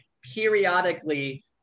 periodically